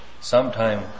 sometime